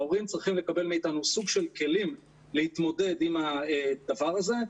ההורים צריכים לקבל מאיתנו סוג של כלים להתמודד עם הדבר הזה.